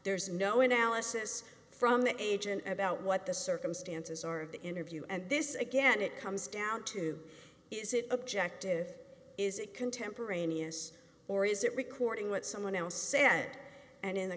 there's no analysis from the agent about what the circumstances are of the interview and this is again it comes down to is it objective is it contemporaneous or is it recording what someone else said and in the